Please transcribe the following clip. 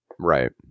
right